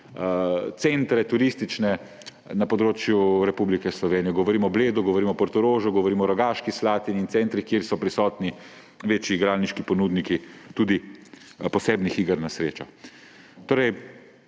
centre na področju Republike Slovenije. Govorim o Bledu, govorim o Portorožu, govorim o Rogaški Slatini in centrih, kjer so prisotni večji igralniški ponudniki tudi posebnih iger na srečo. Torej